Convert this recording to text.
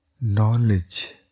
knowledge